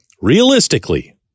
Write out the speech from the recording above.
realistically